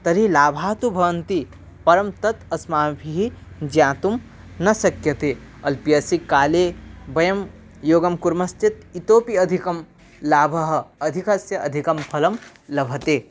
तर्हि लाभाः तु भवन्ति परं तत् अस्माभिः ज्ञातुं न शक्यते अल्पीयसि काले वयं योगं कुर्मश्चेत् इतोऽपि अधिकं लाभः अधिकस्य अधिकं फलं लभते